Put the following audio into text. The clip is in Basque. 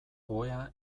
ohea